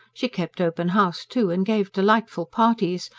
she kept open house, too, and gave delightful parties,